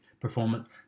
performance